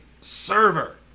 server